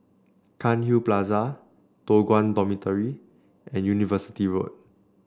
Cairnhill Plaza Toh Guan Dormitory and University Road